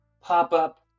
pop-up